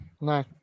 No